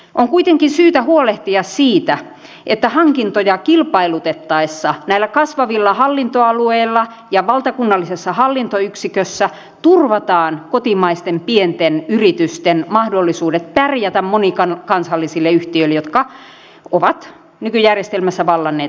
on kuitenkin syytä huolehtia siitä että hankintoja kilpailutettaessa näillä kasvavilla hallintoalueilla ja valtakunnallisessa hallintoyksikössä turvataan kotimaisten pienten yritysten mahdollisuudet pärjätä monikansallisille yhtiöille jotka ovat nykyjärjestelmässä vallanneet markkinoita